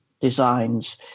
designs